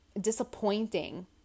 disappointing